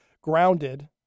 grounded